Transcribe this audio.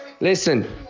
Listen